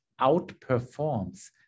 outperforms